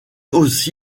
aussi